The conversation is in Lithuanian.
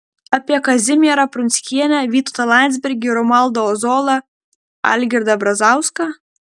apie kazimierą prunskienę vytautą landsbergį romualdą ozolą algirdą brazauską